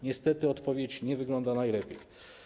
Niestety, odpowiedź nie wygląda najlepiej.